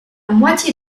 moitié